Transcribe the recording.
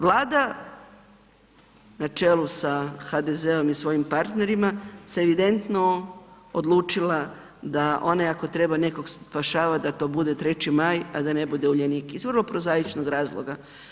Vlada na čelu sa HDZ-om i svojim partnerima se evidentno odlučila, da one ako treba nekog spašavati, da to bude 3. maj, a da ne bude Uljanik iz vrlo prozaičnog razloga.